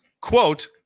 quote